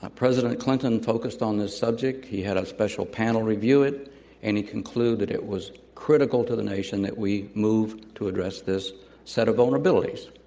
ah president clinton focused on this subject he had a special panel review it and he concluded that it was critical to the nation that we move to address this set of vulnerabilities.